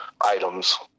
items